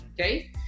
okay